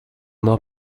not